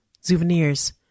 Souvenirs